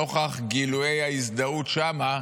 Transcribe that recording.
לנוכח גילויי ההזדהות שם,